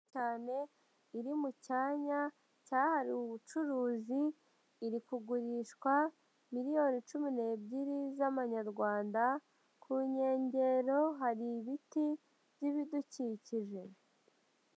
Cyane iri mu cyanya cyahariwe ubucuruzi, iri kugurishwa miliyoni cumi n'ebyiri z'amanyarwanda, ku nkengero hari ibiti by'ibidukikije.